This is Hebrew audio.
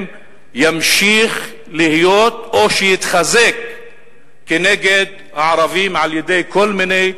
ימשיך להיות או שיתחזק כנגד הערבים על-ידי כל מיני,